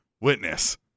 witness